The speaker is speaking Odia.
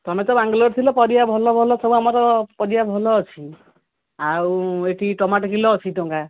ତମେ ତ ବାଙ୍ଗଲୋର ଥିଲ ପରିବା ଭଲ ଭଲ ସବୁ ଆମର ପରିବା ଭଲ ଅଛି ଆଉ ଏଠି ଟମାଟୋ କିଲୋ ଅଶୀ ଟଙ୍କା